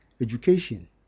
education